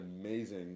amazing